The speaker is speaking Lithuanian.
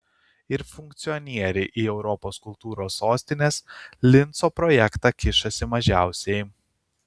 ir funkcionieriai į europos kultūros sostinės linco projektą kišasi mažiausiai